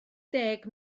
deg